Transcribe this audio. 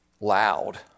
loud